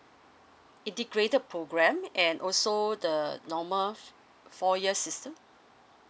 integrated programme and also the normal four year system